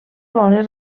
bones